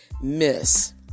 miss